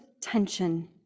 tension